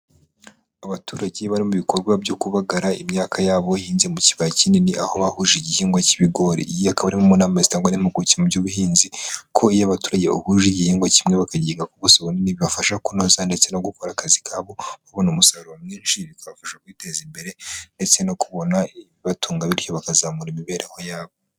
Abaturage bari mu bikorwa byo kubagara imyaka yabo ihinze mu kibaya kinini aho bahuje igihingwa cy'ibigori, iyi ikaba ari mu nama zitangwa n'impuguke mu by'ubuhinzi ko iyo abaturage bahuje igihingwa kimwe, bakagihinga ku buso bunini bibafasha kunoza ndetse no gukora akazi kabo, kubona umusaruro mwinshi, bikabafasha kwiteza imbere ndetse no kubona ibibatunga bityo bakazamura imibereho yabo.